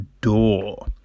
Door